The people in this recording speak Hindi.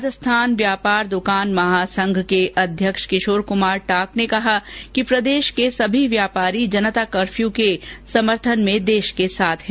राजस्थान व्यापार दुकानदार महासंघ के अध्यक्ष किशोर कुमार टांक ने कहा कि प्रदेश के सभी व्यापारी जनता कर्फ्यू के समर्थन में देश के साथ है